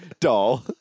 doll